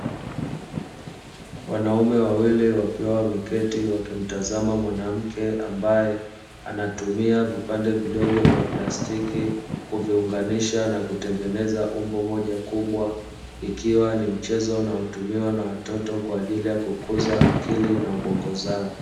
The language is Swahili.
Wanaume wawili wakiwa wameketi wakimtazama mwanamke ambaye anatumia vipande vidogo vya plastiki, kuviunganisha na kutengeneza umbo moja kubwa ikiwa ni mchezo unaotumia na watoto kwa ajili ya kukuza akili na ubongo wao.